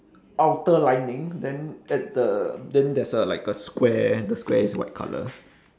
outer lining then at the then there's a like a square the square is white colour